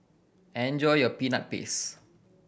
enjoy your Peanut Paste